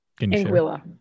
Anguilla